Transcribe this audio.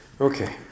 Okay